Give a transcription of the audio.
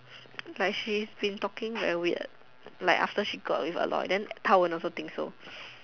like she's been talking very weird like after she got with Aloy then Han-Wen also think so